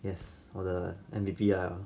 yes 我的 n d p 来了